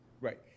Right